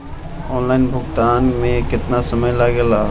Online भुगतान में केतना समय लागेला?